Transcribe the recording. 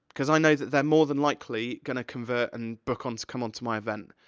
cause i know that they're more than likely gonna convert, and book on to come onto my event.